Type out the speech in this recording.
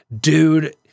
dude